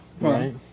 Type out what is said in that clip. Right